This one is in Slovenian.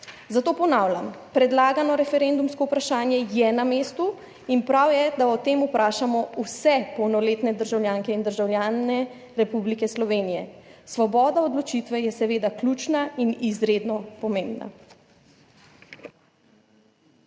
Zato ponavljam, predlagano referendumsko vprašanje je na mestu in prav je, da o tem vprašamo vse polnoletne državljanke in državljane Republike Slovenije. Svoboda odločitve je seveda ključna in izredno pomembna.